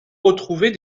retrouver